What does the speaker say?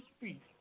speak